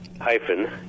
Hyphen